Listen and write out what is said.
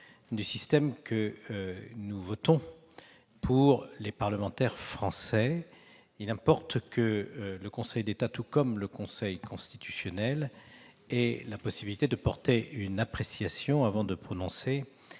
de celui que nous mettons en place pour les parlementaires français, il importe que le Conseil d'État, tout comme le Conseil constitutionnel, ait la possibilité de porter une appréciation avant de prononcer